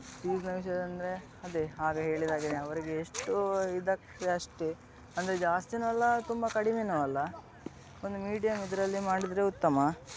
ಫೀಸ್ನ ವಿಷಯ ಅಂದರೆ ಅದೇ ಆಗ ಹೇಳಿದಾಗೆ ಅವರಿಗೆ ಎಷ್ಟು ಇದಾಗ್ತದೆ ಅಷ್ಟೇ ಅಂದರೆ ಜಾಸ್ತಿಯೂ ಅಲ್ಲ ತುಂಬ ಕಡಿಮೆಯೂ ಅಲ್ಲ ಒಂದು ಮೀಡಿಯಮ್ ಇದರಲ್ಲಿ ಮಾಡಿದರೆ ಉತ್ತಮ